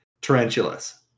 Tarantulas